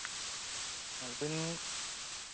ᱟᱵᱤᱱ